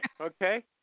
Okay